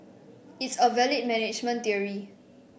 it's a valid management theory